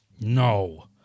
No